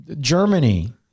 Germany